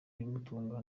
ibimutunga